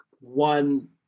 one